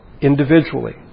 individually